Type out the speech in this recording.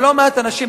ולא מעט אנשים,